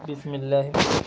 بسم اللہ